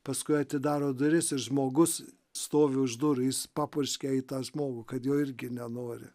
paskui atidaro duris ir žmogus stovi už durų jis papurškė į tą žmogų kad jo irgi nenori